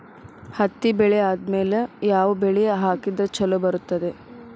ಹತ್ತಿ ಬೆಳೆ ಆದ್ಮೇಲ ಯಾವ ಬೆಳಿ ಹಾಕಿದ್ರ ಛಲೋ ಬರುತ್ತದೆ?